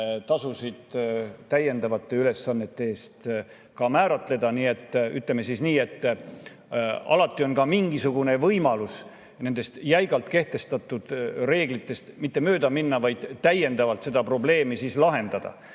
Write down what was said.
tasusid täiendavate ülesannete eest. Nii et ütleme siis nii, et alati on mingisugune võimalus nendest jäigalt kehtestatud reeglitest mitte mööda minna, vaid täiendavalt seda probleemi lahendada,